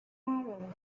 baron